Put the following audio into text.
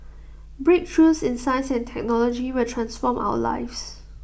breakthroughs in science and technology will transform our lives